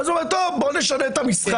ואז הוא אומר: בואו נשנה את המשחק.